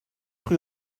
rue